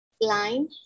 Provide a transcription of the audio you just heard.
line